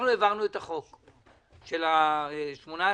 העברנו את החוק של 18 החודשים.